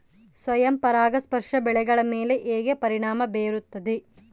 ಸ್ವಯಂ ಪರಾಗಸ್ಪರ್ಶ ಬೆಳೆಗಳ ಮೇಲೆ ಹೇಗೆ ಪರಿಣಾಮ ಬೇರುತ್ತದೆ?